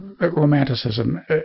Romanticism